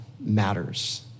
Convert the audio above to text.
matters